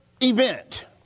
event